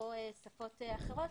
או שפות אחרות,